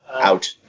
Out